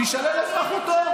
תישלל אזרחותו.